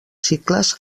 cicles